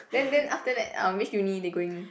then then after that uh which uni they going